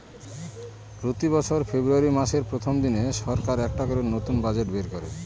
প্রতি বছর ফেব্রুয়ারী মাসের প্রথম দিনে সরকার একটা করে নতুন বাজেট বের করে